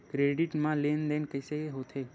Credit मा लेन देन कइसे होथे?